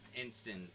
Instant